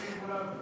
משתתפים כולנו.